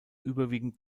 überwiegend